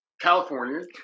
California